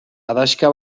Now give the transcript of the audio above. adaxka